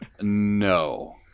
No